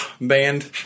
Band